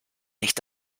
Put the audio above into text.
nicht